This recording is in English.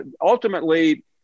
ultimately